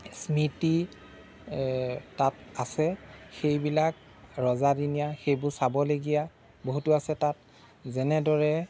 স্মৃতি তাত আছে সেইবিলাক ৰজাদিনীয়া সেইবোৰ চাবলগীয়া বহুতো আছে তাত যেনেদৰে